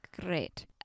great